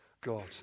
God